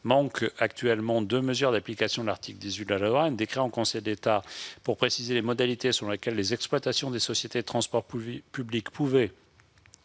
manque actuellement deux mesures d'application de l'article 18 de la loi précitée : un décret en Conseil d'État visant à préciser les modalités selon lesquelles les exploitants des sociétés de transports publics pourront,